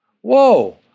Whoa